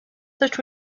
that